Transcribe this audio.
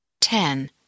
Ten